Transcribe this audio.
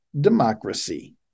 democracy